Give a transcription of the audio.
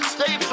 Stay